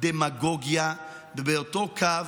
דמגוגיה ובאותו קו,